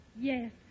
Yes